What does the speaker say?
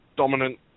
dominant